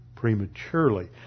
prematurely